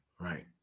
right